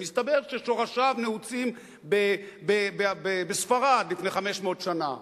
ומסתבר ששורשיו נעוצים בספרד לפני 500 שנה,